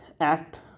act